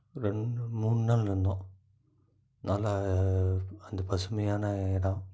ரெண்டு மூணு நாள் இருந்தோம் நான் தான் அந்த பசுமையான இடோம்